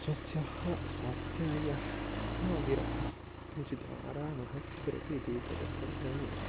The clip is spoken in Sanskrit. स्वस्याः स्वास्थ्यायाः विरस् किञ्चित् आरामः स्वीकरोतु इति तदर्थम् एवं भवति